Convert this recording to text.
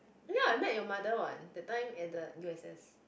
ya I Met Your Mother what that time at the u_s_s